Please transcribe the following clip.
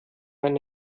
eine